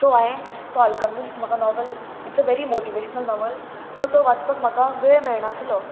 so हांयें तो alchemist म्हाका novel it's a very motivational novel so तो वाचपाक म्हाका वेळ मेळनासलो